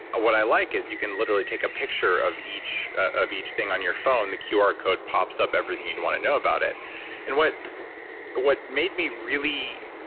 what i like is you can literally take a picture of each of each thing on your phone, the qr code pops everything you'd want to know about it and what what made me really